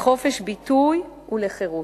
לחופש ביטוי ולחירות.